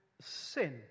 sin